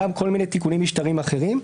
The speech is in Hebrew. גם על כל מיני תיקונים משטריים אחרים,